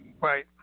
Right